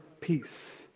Peace